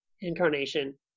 incarnation